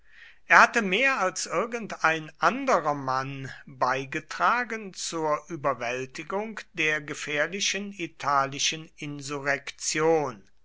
er hatte mehr als irgendein anderer mann beigetragen zur überwältigung der gefährlichen italischen